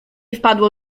wpadło